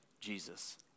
Jesus